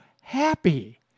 happy